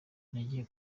nagiye